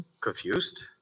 confused